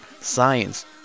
science